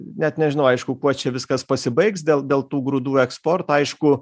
net nežinau aišku kuo čia viskas pasibaigs dėl dėl tų grūdų eksporto aišku